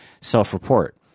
self-report